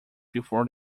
before